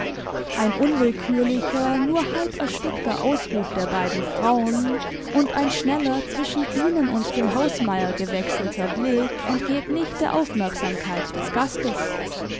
ein unwillkürlicher nur halberstickter ausruf der beiden frauen und ein schneller zwischen ihnen und dem hausmeier gewechselter blick entgeht nicht der aufmerksamkeit des gastes